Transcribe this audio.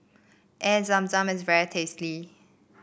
Air Zam Zam is very tasty